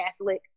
Catholic